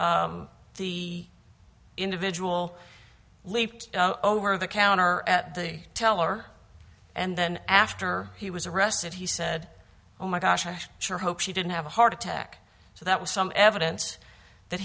rip the individual leaped over the counter at the teller and then after he was arrested he said oh my gosh i sure hope she didn't have a heart attack so that was some evidence that